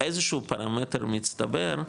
איזשהו פרמטר מצטבר,